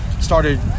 started